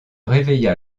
réveilla